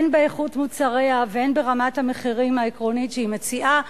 הן באיכות מוצריה והן ברמת המחירים העקרונית שהיא מציעה.